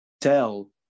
tell